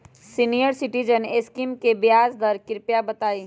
senior citizen scheme के ब्याज दर कृपया बताईं